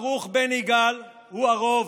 ברוך בן יגאל הוא הרוב.